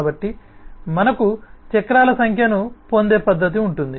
కాబట్టి మనకు చక్రాల సంఖ్యను పొందే పద్ధతి ఉంటుంది